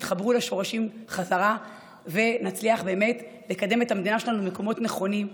תתחברו לשורשים בחזרה ונצליח באמת לקדם את המדינה שלנו למקומות נכונים,